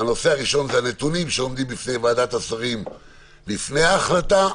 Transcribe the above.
הנושא הראשון זה הנתונים שעומדים בפני ועדת השרים לפני החלטה.